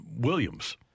Williams